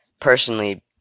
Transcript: personally